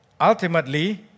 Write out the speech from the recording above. Ultimately